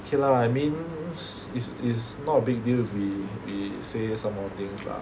okay lah I mean it's it's not a big deal if we we say some more things lah